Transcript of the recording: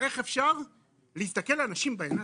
איך אפשר להסתכל לאנשים בעיניים?